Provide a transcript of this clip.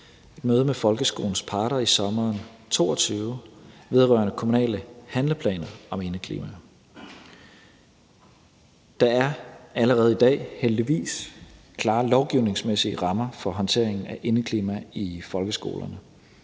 at mødes med folkeskolens parter i sommeren 2022 vedrørende kommunale handleplaner om indeklima. Der er heldigvis allerede i dag klare lovgivningsmæssige rammer for håndteringen af indeklima i folkeskolerne.